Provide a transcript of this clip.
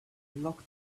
locked